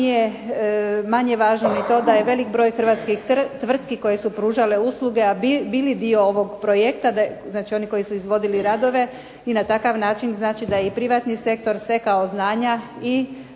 nije manje važno ni to da je veliki broj hrvatskih tvrtki koje su pružale usluge, a bili dio ovog projekta, znači oni koji su izvodili radove i na takav način znači da je i privatni sektor stekao znanja i